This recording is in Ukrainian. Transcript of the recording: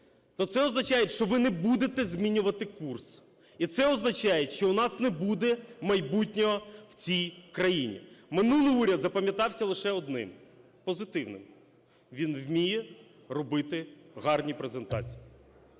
то це означає, що ви не будете змінювати курс. І це означає, що у нас не буде майбутнього в цій країні. Минулий уряд запам'ятався лише одним позитивним – він вміє робити гарні презентації.